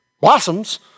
blossoms